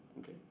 okay